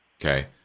Okay